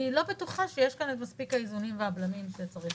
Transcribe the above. אני לא בטוחה שיש כאן מספיק את האיזונים והבלמים שצריך.